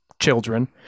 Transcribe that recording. Children